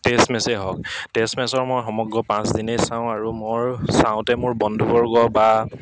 test মেচেই হওক test মেচৰ মই সমগ্ৰ পাঁচদিনেই চাওঁ আৰু মোৰ চাওঁতে মোৰ বন্ধুবৰ্গ বা